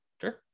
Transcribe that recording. Sure